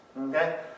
okay